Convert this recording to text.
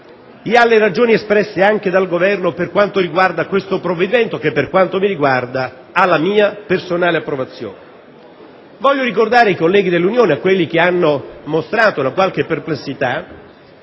e alle ragioni espresse anche dal Governo su questo provvedimento, che per quanto mi riguarda ha la mia personale approvazione. Voglio ricordare ai colleghi dell'Unione e a coloro che hanno mostrato una qualche perplessità